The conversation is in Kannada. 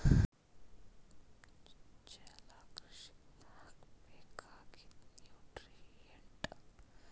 ಜಲಕೃಷಿದಾಗ್ ಬೇಕಾಗಿದ್ದ್ ನ್ಯೂಟ್ರಿಯೆಂಟ್ ಸೊಲ್ಯೂಷನ್ ಕೆಲವಂದ್ ರಾಸಾಯನಿಕಗೊಳ್ ಹಾಕಿ ತೈಯಾರ್ ಮಾಡ್ತರ್